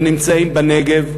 הם נמצאים בנגב,